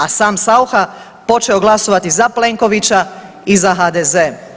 A sam Saucha počeo glasovati za Plenkovića i za HDZ.